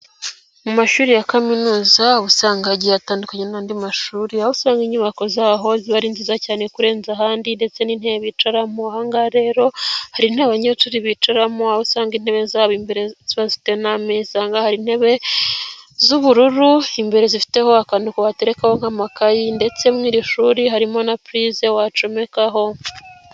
Mu mashuri ya kaminuza uba usanga hatandukanye n'andi mashuri, aho usanga inyubako zaho ziba ari nziza cyane kurenza ahandi ndetse n'intebe bicaramo, ahangaha rero hari intebe abanyeshuri bicaramo, aho usanga intebe ziba zifite n'ameza, ahangaha rero hari intebe z'ubururu imbere zifiteho akantu ka baterekaho nk'amakayi ndetse no mu ishuri harimo na purize wacomekaho.